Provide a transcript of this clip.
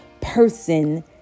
person